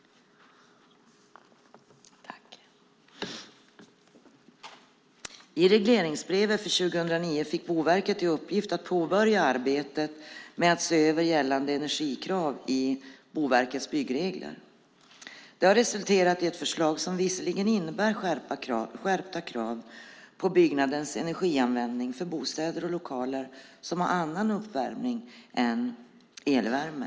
I regleringsbrevet för 2009 fick Boverket i uppgift att påbörja arbetet med att se över gällande energikrav i Boverkets byggregler. Det har resulterat i ett förslag som visserligen innebär skärpta krav på byggnadens energianvändning för bostäder och lokaler som har annan uppvärmning än elvärme.